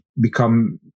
become